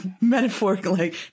metaphorically